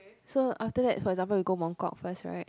so after for example we go Mongkok first [right]